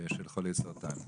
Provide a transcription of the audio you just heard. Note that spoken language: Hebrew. של חולי סרטן.